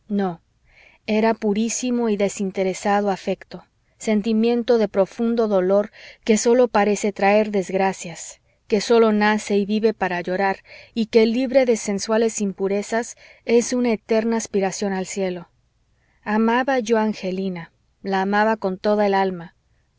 era purísimo y desinteresado afecto sentimiento de profundo dolor que sólo parece traer desgracias que sólo nace y vive para llorar y que libre de sensuales impurezas es una eterna aspiración al cielo amaba yo a angelina la amaba con toda el alma